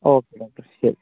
okay doctor ശരി